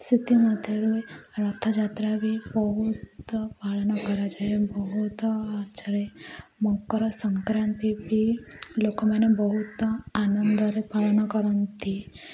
ସେଥିମଧ୍ୟରୁ ରଥଯାତ୍ରା ବି ବହୁତ ପାଳନ କରାଯାଏ ବହୁତ ମଜାରେ ମକର ସଂକ୍ରାନ୍ତି ବି ଲୋକମାନେ ବହୁତ ଆନନ୍ଦରେ ପାଳନ କରନ୍ତି